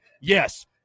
Yes